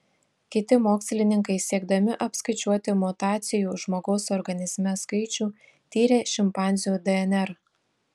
kiti mokslininkai siekdami apskaičiuoti mutacijų žmogaus organizme skaičių tyrė šimpanzių dnr